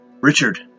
Richard